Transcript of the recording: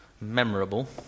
memorable